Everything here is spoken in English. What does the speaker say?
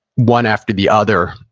one after the other,